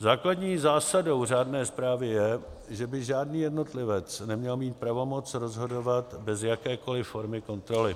Základní zásadou řádné správy je, že by žádný jednotlivec neměl mít pravomoc rozhodovat bez jakékoli formy kontroly.